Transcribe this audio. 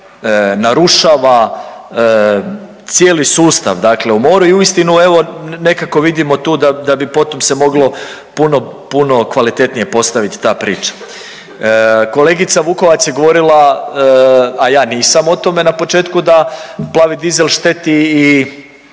narušava cijeli sustav dakle u moru i uistinu evo, nekako vidimo tu da bi po tom se moglo puno kvalitetnije postaviti ta priča. Kolegica Vukovac je govorila, a ja nisam o tome na početku, da plavi dizel šteti i